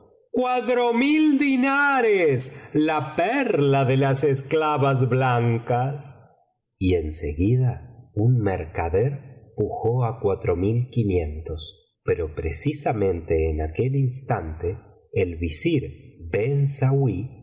de dulce amiga nares la perla de las esclavas blancas y en seguida un mercader pujó á cuatro rail quinientos pero precisamente en aquel instante el visir